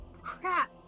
Crap